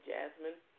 Jasmine